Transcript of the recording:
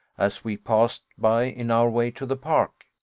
as we passed by in our way to the park?